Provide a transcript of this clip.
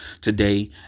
today